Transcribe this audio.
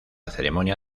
ceremonia